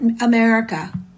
America